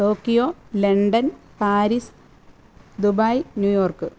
Tokyo London Paris Dubai New York